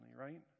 right